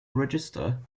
register